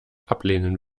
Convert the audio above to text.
ablehnen